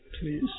Please